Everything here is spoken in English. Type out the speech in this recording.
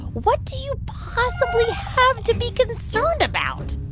what do you possibly have to be concerned about?